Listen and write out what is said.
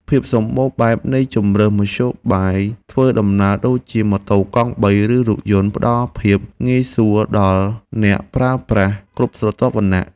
ភាពសម្បូរបែបនៃជម្រើសមធ្យោបាយធ្វើដំណើរដូចជា ម៉ូតូកង់បី ឬរថយន្ត ផ្ដល់ភាពងាយស្រួលដល់អ្នកប្រើប្រាស់គ្រប់ស្រទាប់វណ្ណៈ។